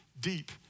deep